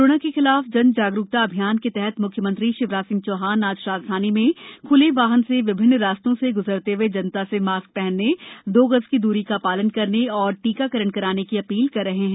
corona के खिलाफ जन जागरूकता अभियान के तहत म्ख्यमंत्री शिवराज सिंह चौहान आज राजधानी में ख्ले वाहन से विभिन्न रास्तों से ग्जरते हुए जनता से मास्क हनने दो गज दूरी का ालन करने और टीकाकरण कराने की अ ील कर रहे हैं